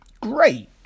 great